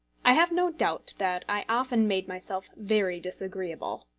i have no doubt that i often made myself very disagreeable.